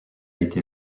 été